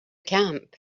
camp